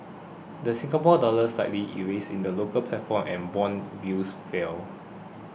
the Singapore Dollar slightly eased in the local platform and bond yields fell